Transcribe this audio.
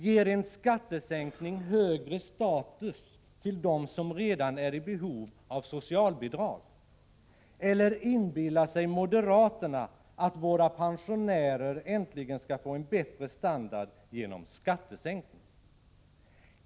Ger en skattesänkning högre status till dem som redan är i behov av socialbidrag? Eller inbillar sig moderaterna att våra pensionärer äntligen skall få en bättre standard genom skattesänkningar?